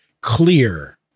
clear